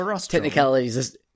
technicalities